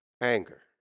Anger